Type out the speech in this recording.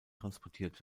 transportiert